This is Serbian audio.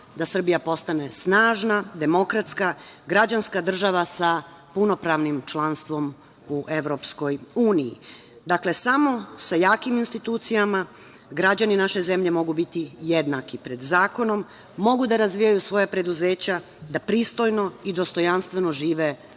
da Srbija postane snažna, demokratska, građanska država sa punopravnim članstvom u EU.Dakle, samo sa jakim institucijama građani naše zemlje mogu biti jednaki pred zakonom, mogu da razvijaju svoja preduzeća, da pristojno i dostojanstveno žive od